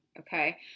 Okay